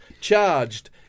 charged